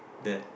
that